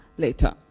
later